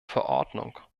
verordnung